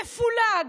מפולג.